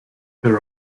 there